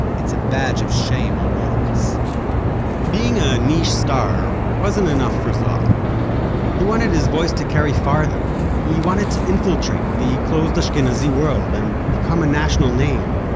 it's a badge of shame on all of us being a niche star wasn't enough for zohar. he wanted his voice to carry farther. he wanted to infiltrate the closed ashkenazi world and become a national name.